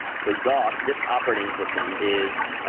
so dos, disk operating system, is